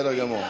התשע"ו 2016,